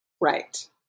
Right